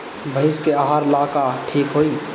भइस के आहार ला का ठिक होई?